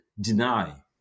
deny